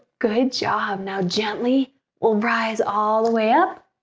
good job! now gently will rise all the way up.